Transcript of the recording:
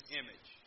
image